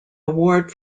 award